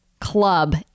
Club